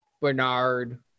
Bernard